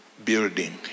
building